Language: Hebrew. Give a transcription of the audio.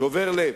שובר לב.